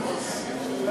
מבקשת מחברי